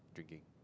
drinking